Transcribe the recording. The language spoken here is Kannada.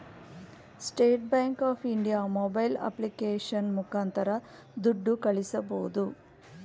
state Bank of India mobile application ಮುಖಾಂತರ ದುಡ್ಡು ಕಳಿಸಬೋದು